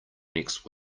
next